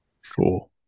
Sure